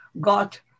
got